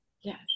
yes